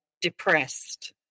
depressed